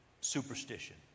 superstition